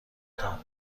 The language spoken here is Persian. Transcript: تان